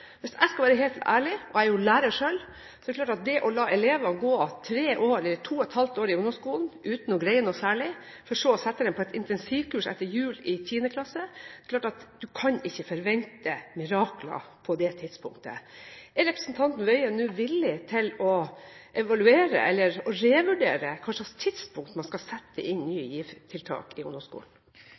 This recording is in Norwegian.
hvis jeg skal være helt ærlig, er det å la elever gå 2,5 år i ungdomsskolen uten å greie noe særlig, for så å sette dem på et intensivkurs etter jul i 10.-klasse og forvente mirakler på det tidspunktet, lite realistisk. Er representanten Tingelstad Wøien nå villig til å revurdere tidspunktet for når man skal sette inn Ny GIV-tiltak i